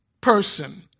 person